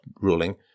ruling